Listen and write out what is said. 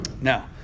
now